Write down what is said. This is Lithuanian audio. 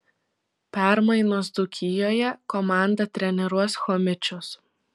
permainos dzūkijoje komandą treniruos chomičius